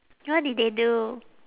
what did they do